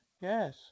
Yes